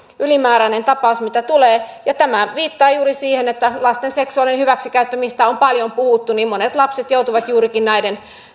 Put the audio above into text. ylimääräinen tapaus mitä tulee ja tämä viittaa juuri siihen että on lasten seksuaalista hyväksikäyttöä mistä on paljon puhuttu ja monet lapset joutuvat juurikin näiden